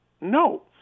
No